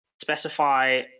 specify